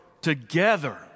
together